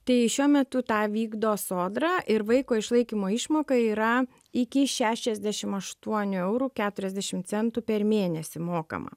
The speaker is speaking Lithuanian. tai šiuo metu tą vykdo sodra ir vaiko išlaikymo išmoka yra iki šešiasdešim aštuonių eurų keturiasdešim centų per mėnesį mokama